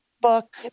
book